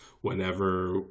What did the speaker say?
whenever